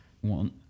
one